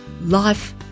Life